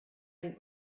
den